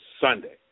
Sunday